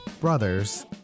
brothers